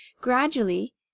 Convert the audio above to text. Gradually